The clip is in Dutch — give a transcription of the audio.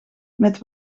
met